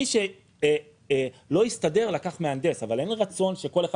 מי שלא הסתדר לקח מהנדס אבל אין רצון שכל אחד